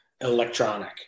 electronic